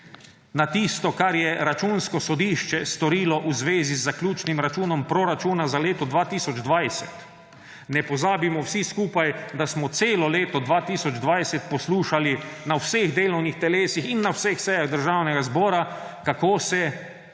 na tisto, kar je Računsko sodišče storilo v zvezi z zaključnim računom proračuna za leto 2020. Ne pozabimo vsi skupaj, da smo celo leto 2020 poslušali na vseh delovnih telesih in na vseh sejah Državnega zbora, kako se